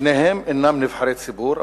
שניהם אינם נבחרי ציבור,